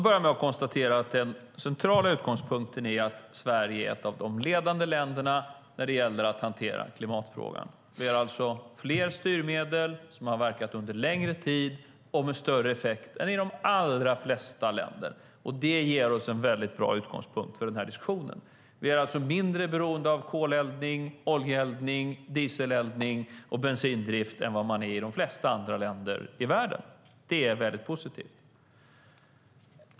Herr talman! Den centrala utgångspunkten är att Sverige är ett av de ledande länderna när det gäller att hantera klimatfrågan. Vi har fler styrmedel som har verkat under längre tid och med större effekt än de allra flesta andra länder. Det ger oss en bra utgångspunkt för den här diskussionen. Vi är alltså mindre beroende av koleldning, oljeeldning, dieseleldning och bensindrift än vad man är i de flesta andra länder i världen. Det är väldigt positivt.